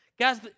guys